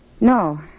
No